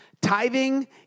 Tithing